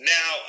Now